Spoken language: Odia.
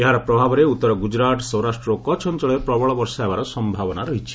ଏହାର ପ୍ରଭାବରେ ଉତ୍ତର ଗୁଜରାଟ୍ ସୌରାଷ୍ଟ୍ର ଏବଂ କଚ୍ଚ ଅଞ୍ଚଳରେ ପ୍ରବଳ ବର୍ଷା ହେବାର ସମ୍ଭାବନା ରହିଛି